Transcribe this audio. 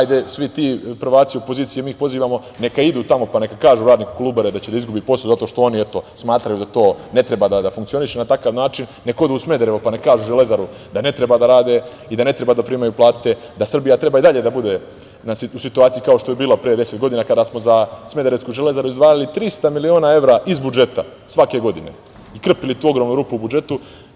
Pozivamo sve te prvake u opoziciji, neka idu tamo pa neka kažu radniku Kolubare da će da izgubi posao zato što oni smatraju eto da to ne treba da funkcioniše na takav način, nek odu u Smederevo pa nek kažu za Železaru da ne treba da radi i da ne treba da primaju plate, da Srbija treba i dalje da budu u situaciji kao što je bila pre 10 godina, kad smo za Smederevsku Železaru izdvajali 300 miliona evra iz budžeta, svake godine i krpili tu ogromnu rupu u budžetu.